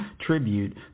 tribute